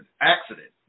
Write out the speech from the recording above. accident